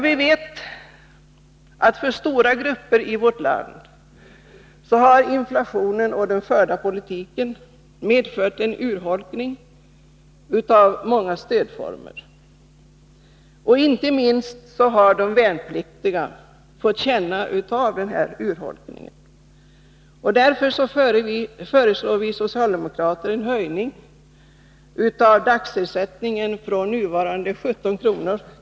Vi vet att för stora grupper i vårt land har inflationen och den förda politiken medfört en urholkning av många stödformer. Inte minst har de värnpliktiga fått känna av den urholkningen. Därför föreslår vi socialdemokrater en höjning av dagsersättningen från nuvarande 17 kr.